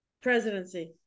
Presidency